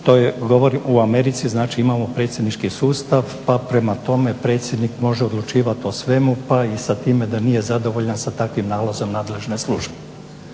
Govorim o Americi znači imamo predsjednički sustav pa prema tome predsjednik može odlučivati o svemu pa i sa time da nije zadovoljan sa takvim nalazom nadležne službe.